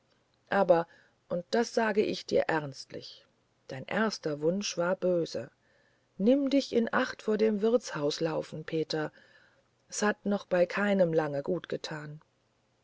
aber und das sag ich dir ernstlich dein erster wunsch war böse nimm dich in acht vor dem wirtshauslaufen peter s hat noch bei keinem lange gut getan